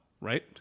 right